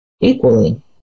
equally